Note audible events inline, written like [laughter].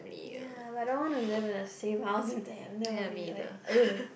ya but I don't want to live in the same house with them that will be like [noise]